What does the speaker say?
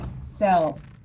self